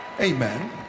amen